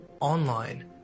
online